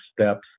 steps